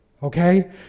okay